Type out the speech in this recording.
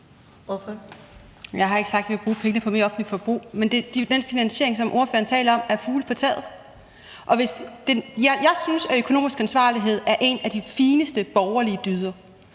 Jeg har ikke sagt, at vi vil bruge pengene på mere offentligt forbrug, men den finansiering, som ordføreren taler om, er fugle på taget. Jeg synes, at økonomisk ansvarlighed er en af de fineste borgerlige dyder,